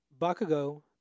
Bakugo